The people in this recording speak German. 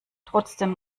trotzdem